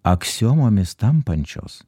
aksiomomis tampančios